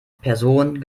person